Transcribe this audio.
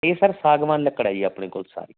ਇਹ ਸਰ ਸਾਗਵਾਨ ਲੱਕੜ ਹੈ ਜੀ ਆਪਣੇ ਕੋਲ ਸਾਰੀ